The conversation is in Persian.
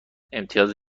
امتیاز